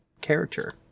character